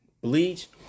Bleach